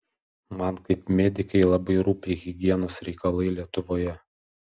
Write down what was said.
man kaip medikei labai rūpi higienos reikalai lietuvoje